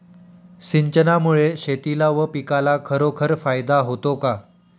सिंचनामुळे शेतीला व पिकाला खरोखर फायदा होतो का?